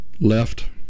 left